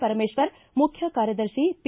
ಪರಮೇಶ್ವರ ಮುಖ್ಯ ಕಾರ್ಯದರ್ಶಿ ಪಿ